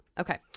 Okay